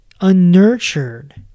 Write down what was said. unnurtured